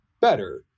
better